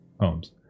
homes